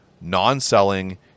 non-selling